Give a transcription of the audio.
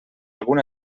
algun